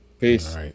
Peace